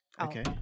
Okay